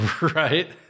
Right